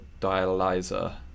dialyzer